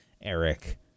Eric